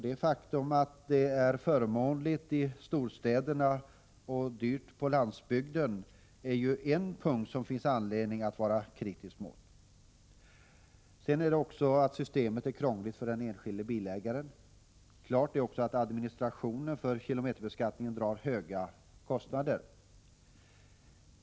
Det faktum att systemet är förmånligt i storstäderna och dyrt på landsbygden är ju en punkt där det finns anledning att vara kritisk. Vidare är det så att systemet är krångligt för den enskilde bilägaren. Klart är också att administrationen för kilometerbeskattningen drar höga kostnader.